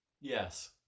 Yes